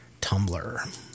Tumblr